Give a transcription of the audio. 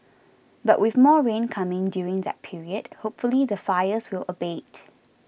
but with more rain coming during that period hopefully the fires will abate